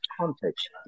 context